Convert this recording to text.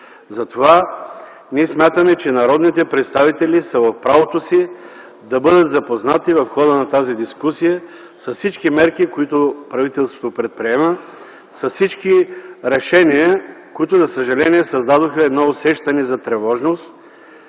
Затова смятаме, че народните представители са в правото си да бъдат запознати в хода на тази дискусия с всички мерки, които правителството предприема, с всички решения, които, за съжаление, създадоха усещане за тревожност,